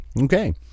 okay